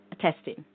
testing